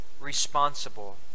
responsible